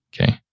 Okay